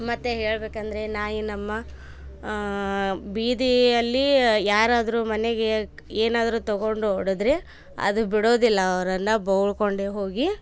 ಮತ್ತೆ ಹೇಳಬೇಕಂದ್ರೆ ನಾಯಿ ನಮ್ಮ ಬೀದಿಯಲ್ಲಿ ಯಾರಾದ್ರು ಮನೆಗೆ ಏನಾದ್ರು ತಗೊಂಡು ಓಡಿದ್ರೆ ಅದು ಬಿಡೋದಿಲ್ಲ ಅವ್ರನ್ನು ಬೊಗಳಿಕೊಂಡೆ ಹೋಗಿ